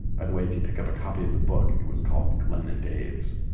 by the way, if you pick up a copy of the book, it was called glenn and dave's.